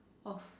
of